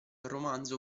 romanzo